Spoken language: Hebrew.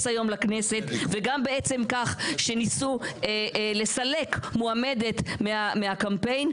היום לכנסת וגם בעצם כך שניסו לסלק מועמדת מהקמפיין.